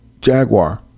Jaguar